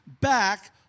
back